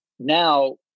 Now